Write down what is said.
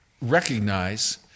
recognize